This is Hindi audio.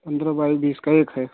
पंद्रह बाई बीस का एक है